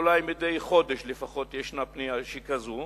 אולי מדי חודש יש פנייה כזאת